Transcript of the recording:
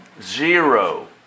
Zero